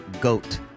Goat